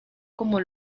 como